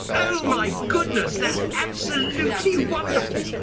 oh my goodness! that's absolutely wonderful.